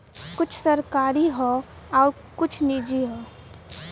कुछ सरकारी हौ आउर कुछ निजी हौ